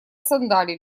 сандалии